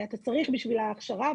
אתה צריך בשבילה הכשרה,